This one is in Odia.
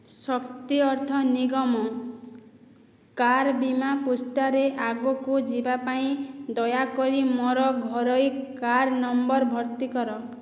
ଶକ୍ତି ଅର୍ଥ ନିଗମ କାର ବୀମା ପୃଷ୍ଠାରେ ଆଗକୁ ଯିବା ପାଇଁ ଦୟାକରି ମୋର ଘରୋଇ କାର ନମ୍ବର ଭର୍ତ୍ତି କର